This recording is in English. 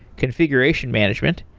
configuration management,